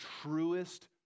truest